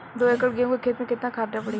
दो एकड़ गेहूँ के खेत मे केतना खाद पड़ी?